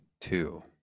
two